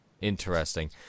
Interesting